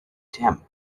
tim